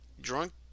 drunk